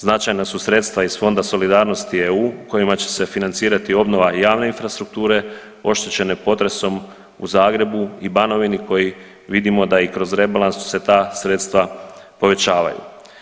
Značajna su sredstva iz Fonda solidarnosti EU kojima će se financirati obnova javne infrastrukture oštećene potresom u Zagrebu i Banovini, koji vodimo da i kroz rebalans se ta sredstva povećavaju.